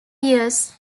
years